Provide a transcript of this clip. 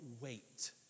wait